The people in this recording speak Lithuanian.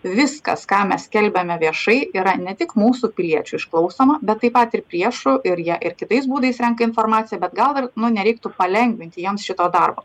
viskas ką mes skelbiame viešai yra ne tik mūsų piliečių išklausoma bet taip pat ir priešų ir jie ir kitais būdais renka informaciją bet gal nu nereiktų palengvinti jiems šito darbo